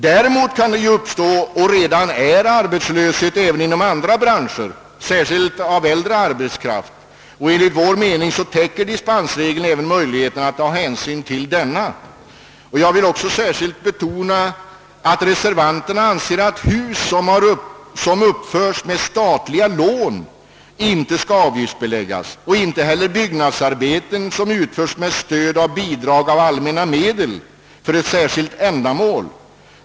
Däremot kan det ju uppstå arbetslöshet — det har redan skett — inom andra branscher; framför allt drabbas därvid äldre arbetskraft. Enligt min mening täcker dispensregeln även möjligheterna att ta hänsyn till detta. Jag vill också särskilt betona att reservanterna anser att hus som uppförs med statliga lån inte skall avgiftsbeläggas, inte heller byggnadsarbeten som utförs med stöd av allmänna medel för ett speciellt ändamål.